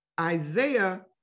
Isaiah